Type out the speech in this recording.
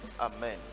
Amen